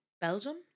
Belgium